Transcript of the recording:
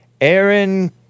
Aaron